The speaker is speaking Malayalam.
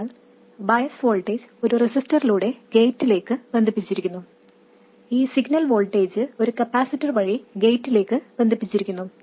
അതിനാൽ ബയസ് വോൾട്ടേജ് ഒരു റെസിസ്റ്ററിലൂടെ ഗേറ്റിലേക്ക് ബന്ധിപ്പിച്ചിരിക്കുന്നു ഈ സിഗ്നൽ വോൾട്ടേജ് ഒരു കപ്പാസിറ്റർ വഴി ഗേറ്റിലേക്ക് ബന്ധിപ്പിച്ചിരിക്കുന്നു